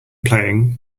playing